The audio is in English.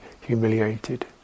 humiliated